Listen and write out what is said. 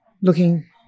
looking